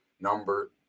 number